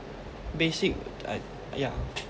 basic uh yeah